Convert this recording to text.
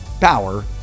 power